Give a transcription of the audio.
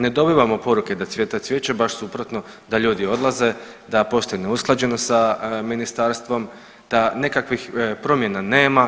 Ne dobivamo poruke da cvjeta cvijeće, baš suprotno da ljudi odlaze, da postoji neusklađenost sa ministarstvom, da nekakvim promjena nema.